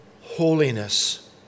holiness